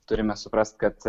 turime suprast kad